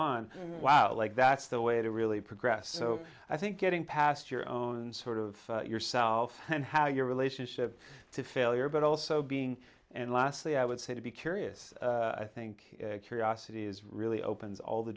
on wow like that's the way to really progress so i think getting past your own sort of yourself and how your relationship to failure but also being and lastly i would say to curious i think curiosity is really opens all the